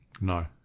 No